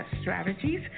strategies